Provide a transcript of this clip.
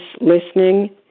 listening